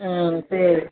ஆ சரி